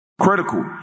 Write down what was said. Critical